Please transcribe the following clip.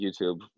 YouTube